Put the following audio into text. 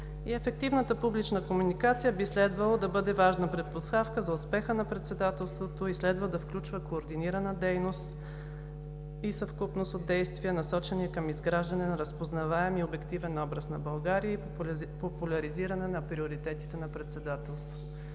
Ефективната публична комуникация би следвало да бъде важна предпоставка за успеха на председателството и следва да включва координирана дейност и съвкупност от действия, насочени към изграждане на разпознаваем и обективен образ на България и популяризиране на приоритетите на председателството.